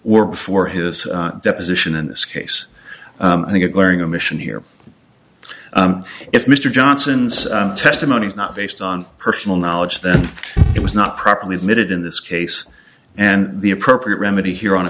before his deposition in this case i think a glaring omission here if mr johnson's testimony is not based on personal knowledge then it was not properly admitted in this case and the appropriate remedy here on